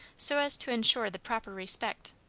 so as to ensure the proper respect.